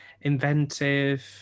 Inventive